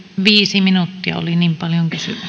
viisi minuuttia oli niin paljon kysymyksiä